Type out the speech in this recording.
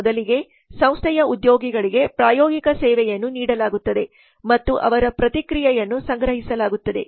ಮೊದಲಿಗೆ ಸಂಸ್ಥೆಯ ಉದ್ಯೋಗಿಗಳಿಗೆ ಪ್ರಾಯೋಗಿಕ ಸೇವೆಯನ್ನು ನೀಡಲಾಗುತ್ತದೆ ಮತ್ತು ಅವರ ಪ್ರತಿಕ್ರಿಯೆಯನ್ನು ಸಂಗ್ರಹಿಸಲಾಗುತ್ತದೆ